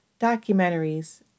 documentaries